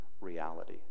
Reality